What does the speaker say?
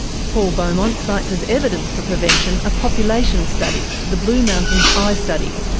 paul beaumont cites as evidence for prevention a population study, the blue mountains eye study,